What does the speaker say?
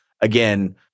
again